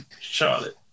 Charlotte